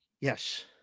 Yes